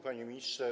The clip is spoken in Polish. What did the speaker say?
Panie Ministrze!